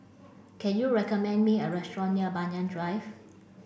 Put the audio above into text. can you recommend me a restaurant near Banyan Drive